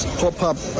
pop-up